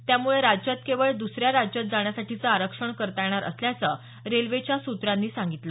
त्यामुळे राज्यात केवळ द्सऱ्या राज्यात जाण्यासाठीचं आरक्षण करता येणार असल्याचं रेल्वेच्या सूत्रानं सांगितलं